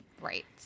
Right